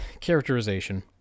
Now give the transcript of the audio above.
Characterization